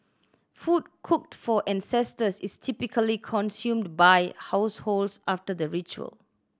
food cooked for ancestors is typically consumed by households after the ritual